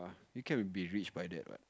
you can be rich by that what